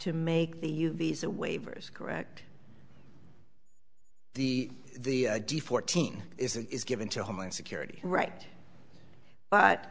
to make the u visa waivers correct the the d fourteen is it is given to homeland security right but